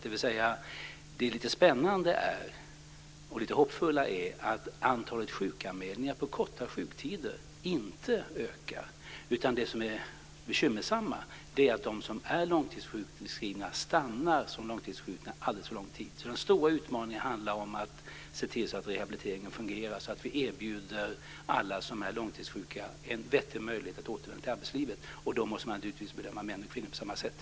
Det lite spännande och hoppfulla är att antalet sjukanmälningar på korta sjuktider inte ökar. Det bekymmersamma är att de långtidssjukskrivna förblir långtidssjuka alldeles för länge. Den stora utmaningen är därför att se till att rehabiliteringen fungerar och att vi erbjuder alla långtidssjuka en bättre möjlighet att återvända till arbetslivet. Då måste män och kvinnor naturligtvis bedömas på samma sätt.